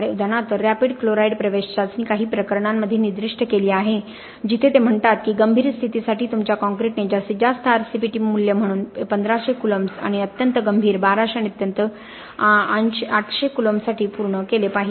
उदाहरणार्थ rapid chloride प्रवेश चाचणी काही प्रकरणांमध्ये निर्दिष्ट केली गेली आहे जिथे ते म्हणतात की गंभीर स्थितीसाठी तुमच्या कॉंक्रिटने जास्तीत जास्त RCPT मूल्य म्हणून 1500 कूलम्ब्स आणि अत्यंत गंभीर 1200 आणि अत्यंत 800 कूलॉम्ब्ससाठी पूर्ण केले पाहिजे